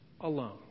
alone